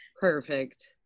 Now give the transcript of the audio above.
Perfect